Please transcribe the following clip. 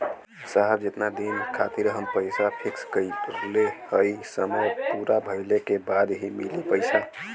साहब जेतना दिन खातिर हम पैसा फिक्स करले हई समय पूरा भइले के बाद ही मिली पैसा?